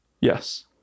yes